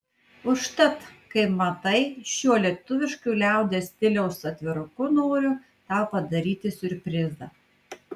užtat kaip matai šiuo lietuvišku liaudies stiliaus atviruku noriu tau padaryti siurprizą